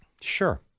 Sure